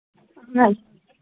اَہن حظ